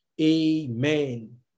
Amen